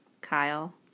Kyle